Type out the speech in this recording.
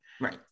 Right